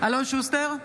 אלון שוסטר,